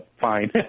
fine